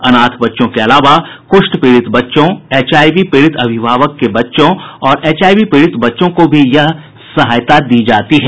अनाथ बच्चों के अलावा कुष्ठ पीड़ित बच्चों एच आईवी पीड़ित अभिभावक के बच्चों और एच आई वी पीड़ित बच्चों को भी यह सहायता दी जाती है